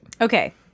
Okay